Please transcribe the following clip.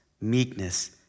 meekness